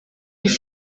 iki